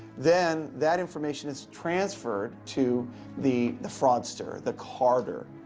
then that information is transferred to the the fraudster the carder,